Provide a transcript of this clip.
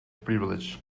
privilege